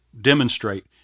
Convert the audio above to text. demonstrate